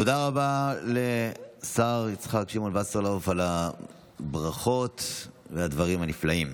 תודה רבה לשר יצחק שמעון וסרלאוף על הברכות והדברים הנפלאים.